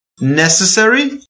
necessary